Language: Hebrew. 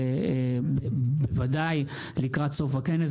ודאי לקראת סוף הכנס,